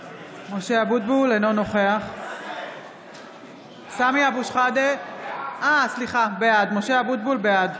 אינו נוכח סמי אבו שחאדה, בעד.